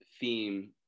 theme